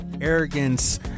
Arrogance